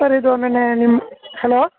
sir ಇದು ನಿನ್ನೆ ನಿಮ್ಮ ಹಲೋ